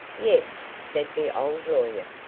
yes, said the old lawyer,